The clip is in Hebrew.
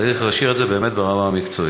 צריך להשאיר את זה באמת ברמה המקצועית.